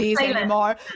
anymore